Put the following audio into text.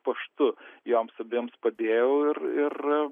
paštu joms abiems padėjau ir ir